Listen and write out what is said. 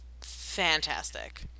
fantastic